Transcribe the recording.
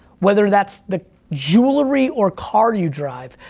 whether that's the jewelry or car you drive,